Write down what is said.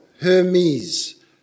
Hermes